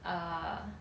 err